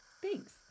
Thanks